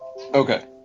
Okay